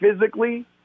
physically